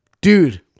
Dude